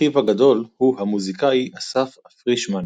אחיו הגדול הוא המוזיקאי אסף פרישמן,